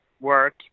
work